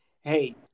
hey